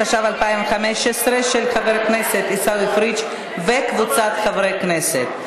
של חבר הכנסת עיסאווי פריג' וקבוצת חברי הכנסת.